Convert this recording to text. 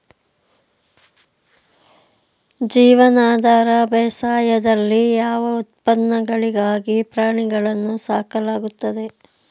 ಜೀವನಾಧಾರ ಬೇಸಾಯದಲ್ಲಿ ಯಾವ ಉತ್ಪನ್ನಗಳಿಗಾಗಿ ಪ್ರಾಣಿಗಳನ್ನು ಸಾಕಲಾಗುತ್ತದೆ?